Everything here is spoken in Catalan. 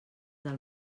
del